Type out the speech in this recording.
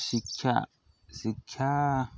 ଶିକ୍ଷା ଶିକ୍ଷା